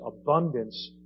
abundance